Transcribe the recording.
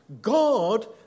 God